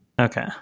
Okay